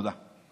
תודה.